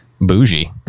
Bougie